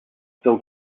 still